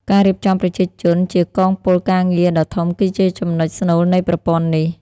ការរៀបចំប្រជាជនជាកងពលការងារដ៏ធំគឺជាចំណុចស្នូលនៃប្រព័ន្ធនេះ។